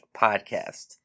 podcast